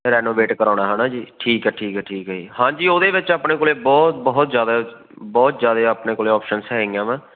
renovate ਕਰਵਾਉਣਾ ਹੈ ਨਾ ਜੀ ਠੀਕ ਹੈ ਠੀਕ ਹੈ ਠੀਕ ਹੈ ਜੀ ਹਾਂਜੀ ਉਹਦੇ ਵਿੱਚ ਆਪਣੇ ਕੋਲ ਬਹੁਤ ਬਹੁਤ ਜ਼ਿਆਦਾ ਬਹੁਤ ਜ਼ਿਆਦਾ ਆਪਣੇ ਕੋਲ ਆਪਸ਼ਨਸ ਹੈਗੀਆਂ ਵਾ